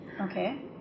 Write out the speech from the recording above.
Okay